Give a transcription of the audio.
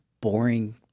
boring